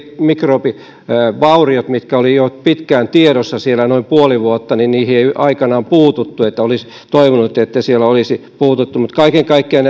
mikrobivaurioihin mitkä olivat jo pitkään tiedossa siellä noin puoli vuotta ei aikanaan puututtu että olisi toivonut että siellä olisi puututtu mutta kaiken kaikkiaan